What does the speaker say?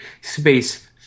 space